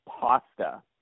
pasta